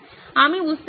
আমি বুঝতে পেরেছি